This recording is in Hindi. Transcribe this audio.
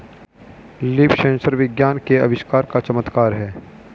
लीफ सेंसर विज्ञान के आविष्कार का चमत्कार है